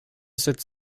sept